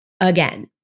again